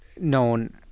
known